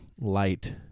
light